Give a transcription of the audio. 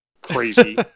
crazy